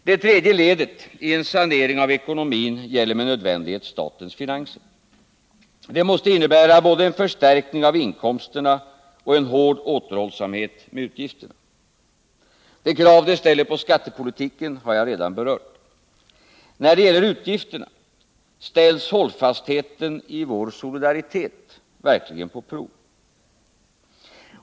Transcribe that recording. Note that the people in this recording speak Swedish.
Det tredje ledet i en sanering av ekonomin gäller med nödvändighet statens finanser. Det måste innebära både en förstärkning av inkomsterna och en hård återhållsamhet med utgifterna. De krav det ställer på skattepolitiken har jag redan berört. När det gäller utgifterna ställs hållfastheten i vår solidaritet verkligen på prov.